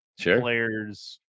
players